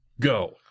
go